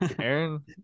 Aaron